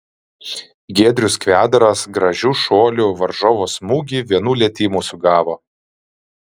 giedrius kvedaras gražiu šuoliu varžovo smūgį vienu lietimu sugavo